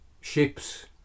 ships